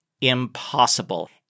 impossible